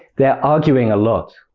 they're arguing a lot